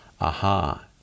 Aha